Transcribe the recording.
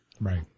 Right